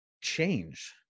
change